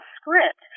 script